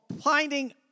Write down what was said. finding